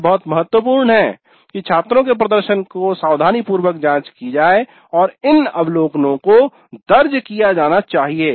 यह बहुत महत्वपूर्ण है कि छात्रों के प्रदर्शन की सावधानीपूर्वक जांच की जाए और इन अवलोकनों को दर्ज किया जाना चाहिए